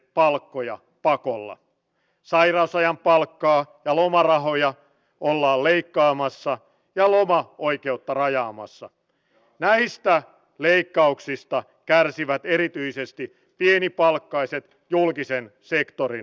jokainen tulija ansaitsee kodin paikan johon asettua ja loma oikeutta rajaamassa vähistä leikkauksista kärsivä alkaa rakentaa uutta elämää